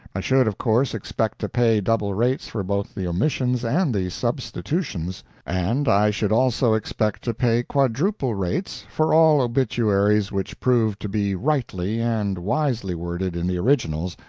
i should, of course, expect to pay double rates for both the omissions and the substitutions and i should also expect to pay quadruple rates for all obituaries which proved to be rightly and wisely worded in the originals,